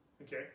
Okay